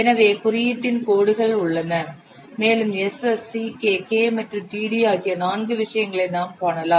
எனவே குறியீட்டின் கோடுகள் உள்ளன மேலும் Ss Ck K மற்றும் td ஆகிய நான்கு விஷயங்களை நாம் காணலாம்